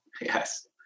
Yes